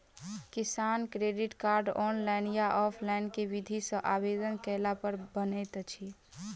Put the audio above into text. किसान credit card, online या offline केँ विधि सँ आवेदन कैला पर बनैत अछि?